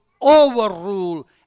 overrule